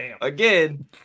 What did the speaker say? again